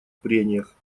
прениях